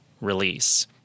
release